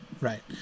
Right